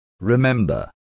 Remember